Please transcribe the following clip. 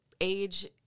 age